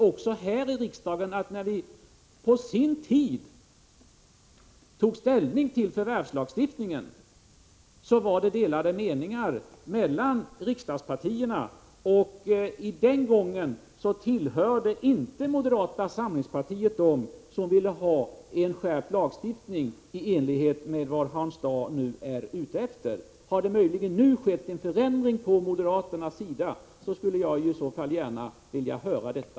När riksdagen på sin tid tog ställning till förvärvslagstiftningen var det delade meningar mellan riksdagspartierna, och den gången tillhörde moderata samlingspartiet inte dem som ville ha en skärpt lagstiftning i enlighet 69 med vad Hans Dau nu är ute efter. Har det möjligen nu skett en förändring från moderaternas sida så skulle jag gärna vilja höra detta.